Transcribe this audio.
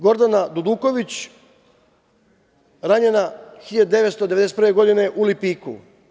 Gordana Duduković, ranjena 1991. godine u Lipiku.